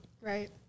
Right